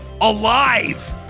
alive